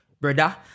brother